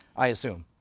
i assume.